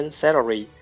salary 。